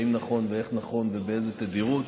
אם נכון ואיך נכון ובאיזו תדירות,